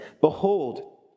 behold